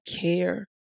care